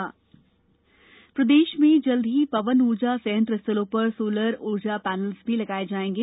solar ऊर्जा प्रदेश में जल्दी ही पवन ऊर्जा संयंत्र स्थलों पर सोलर ऊर्जा पैनल्स भी लगाए जायेंगे